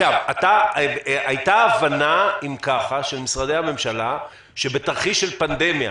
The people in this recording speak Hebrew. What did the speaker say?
אז היתה הבנה אם ככה של משרדי הממשלה שבתרחיש של פנדמיה